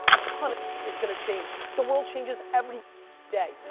a ton of is gonna change. the world changes every day.